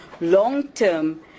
long-term